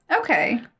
Okay